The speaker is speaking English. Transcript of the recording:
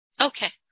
okay